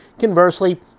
conversely